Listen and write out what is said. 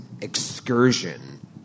excursion